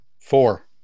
four